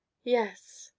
yes,